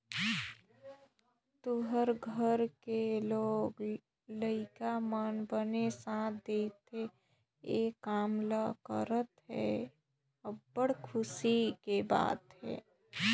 तुँहर घर के लोग लइका मन बने साथ देहत हे, ए काम ल करत हे त, अब्बड़ खुसी के बात हे